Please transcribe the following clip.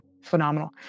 Phenomenal